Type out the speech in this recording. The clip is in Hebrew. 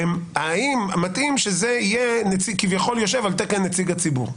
האם מתאים שזה יהיה כביכול יושב על תקן נציג הציבור?